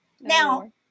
Now